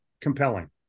compelling